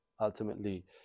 ultimately